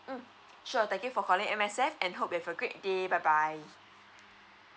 mm sure thank you for calling M_S_F and hope you have a great day bye bye